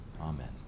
Amen